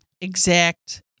exact